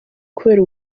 kubera